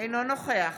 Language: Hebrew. אינו נוכח